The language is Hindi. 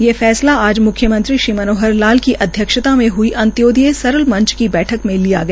ये फसला आज म्ख्यमंत्री श्री मनोहर लाल की अध्यक्षता में हई अन्त्योदय सरल मंच की बठक मे लिया गया